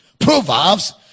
Proverbs